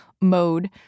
mode